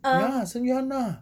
ya 圣约翰啦